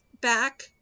back